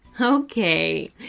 okay